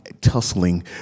tussling